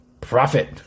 profit